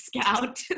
Scout